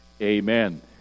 Amen